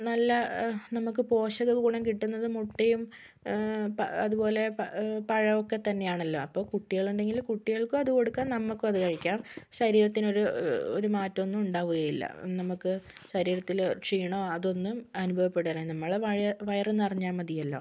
നല്ല നമുക്ക് പോഷക ഗുണം കിട്ടുന്നതും മുട്ടയും അതുപോലെ പ പഴം ഒക്കെ തന്നെ ആണല്ലോ അപ്പോൾ കുട്ടികൾ ഉണ്ടെങ്കിൽ കുട്ടികൾക്കും അത് കൊടുക്കാം നമുക്കും അത് കഴിക്കാം ശരീരത്തിനൊരു ഒരു മാറ്റമൊന്നും ഉണ്ടാകുകയില്ല നമുക്ക് ശരീരത്തിൽ ക്ഷീണമോ അതൊന്നും അനുഭവപ്പെടില്ല നമ്മൾ വയ വയറ് നിറഞ്ഞാൽ മതിയല്ലോ